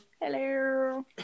hello